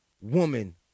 woman